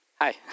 hi